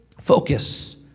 focus